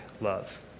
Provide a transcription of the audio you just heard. love